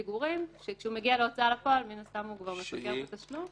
(1)הבקשה להכרה הוגשה בצירוף אסמכתה על תשלום